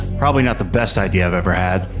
probably not the best idea i've ever had.